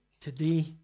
today